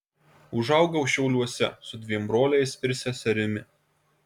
užaugau šiauliuose su dviem broliais ir seserimi